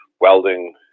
welding